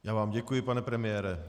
Já vám děkuji, pane premiére.